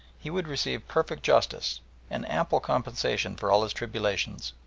he would receive perfect justice and ample compensation for all his tribulations.